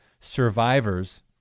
Survivors